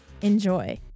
Enjoy